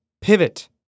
Pivot